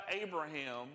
Abraham